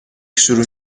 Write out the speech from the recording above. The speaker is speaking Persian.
شروع